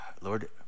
Lord